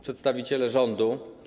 Przedstawiciele Rządu!